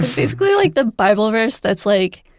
basically like the bible verse that's like,